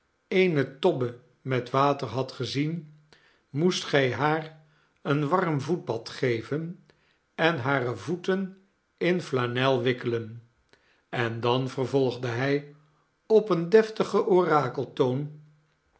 eene tobbe met water had gezien moest gij haar een warm voetbad geven en hare voeten in flanel wikkelen en dan vervolgde hij op een deftigen